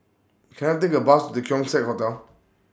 Can I Take A Bus The Keong Saik Hotel